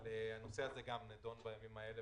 הנושא הזה גם נדון בימים אלה.